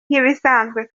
nk’ibisanzwe